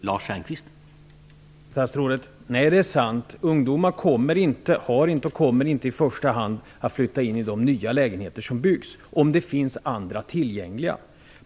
Herr talman! Ungdomar kommer inte i första hand att flytta in i de nya lägenheter som byggs om det finns andra tillgängliga -- det är sant statsrådet.